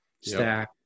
stack